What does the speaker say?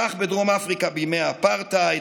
כך בדרום אפריקה בימי האפרטהייד,